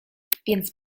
więc